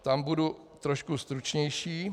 Tam budu trošku stručnější.